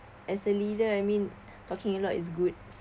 as a leader I mean talking a lot is good